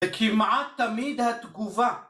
‫וכמעט תמיד התגובה.